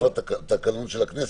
התקנון של הכנסת?